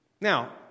Now